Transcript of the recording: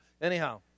Anyhow